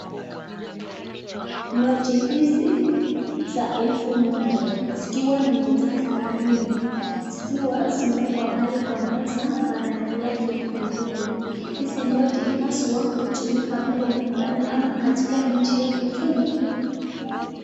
Noti hizi za 1000. Zikiwa ni noti tano. Zikiwa zimewekwa pale kwa meza kwa rangi yake nyekundu. Hizi noti haswa hutumika pale nyumbani ama katika nchi yake Kenya.